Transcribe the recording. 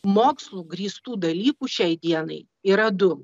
mokslu grįstų dalykų šiai dienai yra du